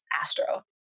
Astro